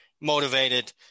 motivated